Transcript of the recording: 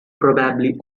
probably